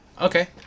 Okay